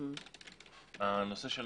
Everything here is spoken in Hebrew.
הנושא של